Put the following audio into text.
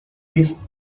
east